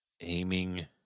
aiming